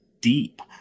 deep